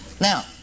Now